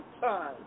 time